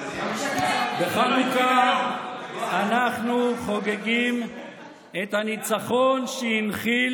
בחנוכה אנחנו חוגגים את הניצחון שהנחיל